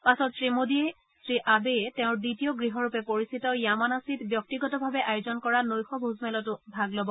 পাছত শ্ৰীমোডীয়ে শ্ৰী আবে তেওঁৰ দ্বিতীয় গৃহৰূপে পৰিচিত য়ামানাছিত ব্যক্তিগতভাৱে আয়োজন কৰা নৈশ ভোজমেলতো ভাগ লব